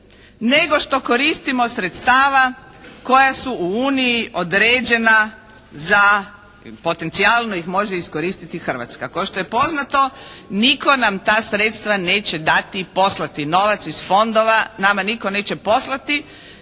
nego što koristimo sredstava koja su u Uniji određena za potencijalno ih može iskoristiti Hrvatska, kao što je poznato nitko nam ta sredstva neće dati i poslati novac iz fondova, nama nitko neće poslati